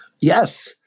Yes